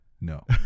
No